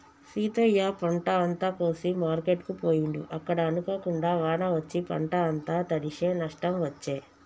సీతయ్య పంట అంత కోసి మార్కెట్ కు పోయిండు అక్కడ అనుకోకుండా వాన వచ్చి పంట అంత తడిశె నష్టం వచ్చే